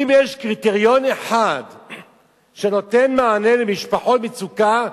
אם יש קריטריון אחד שנותן מענה למשפחות מצוקה,